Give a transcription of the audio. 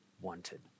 wanted